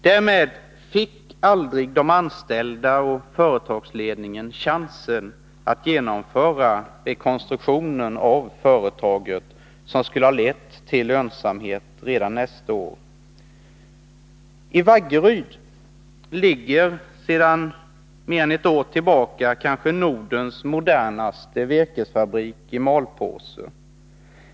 Därmed fick aldrig de anställda och företagsledningen chansen att genomföra rekonstruktionen av företaget, som skulle ha lett till lönsamhet redan nästa år. I Vaggeryd ligger sedan mer än ett år tillbaka Nordens kanske modernaste virkesfabrik i malpåse.